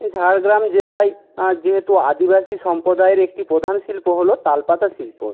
ঝাড়গ্রাম জেলায় যেহেতু আদিবাসী সম্পদায়ের একটি প্রধান শিল্প হলো তালপাতা শিল্প